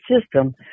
system